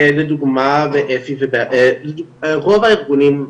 ברוב הארגונים,